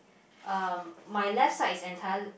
uh my left side is entire~